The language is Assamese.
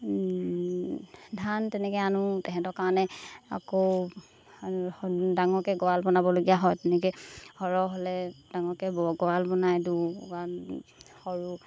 ধান তেনেকৈ আনোঁ তাহাঁতৰ কাৰণে আকৌ ডাঙৰকৈ গঁৰাল বনাবলগীয়া হয় তেনেকৈ সৰহ হ'লে ডাঙৰকৈ গঁৰাল বনাই দিওঁ সৰু